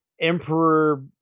emperor